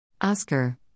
Oscar